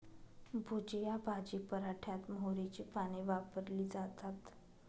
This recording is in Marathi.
भुजिया भाजी पराठ्यात मोहरीची पाने वापरली जातात